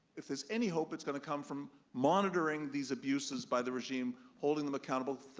if there's any hope, it's gonna come from monitoring these abuses by the regime, holding them accountable,